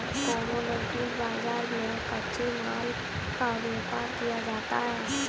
commodity बाजार में कच्चे माल का व्यापार किया जाता है